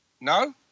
No